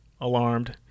alarmed